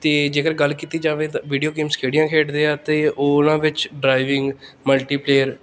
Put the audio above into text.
ਅਤੇ ਜੇਕਰ ਗੱਲ ਕੀਤੀ ਜਾਵੇ ਤਾਂ ਵੀਡੀਓ ਗੇਮਸ ਕਿਹੜੀਆਂ ਖੇਡਦੇ ਹਾਂ ਤਾਂ ਉਹਨਾਂ ਵਿੱਚ ਡਰਾਈਵਿੰਗ ਮਲਟੀਪਲੇਅਰ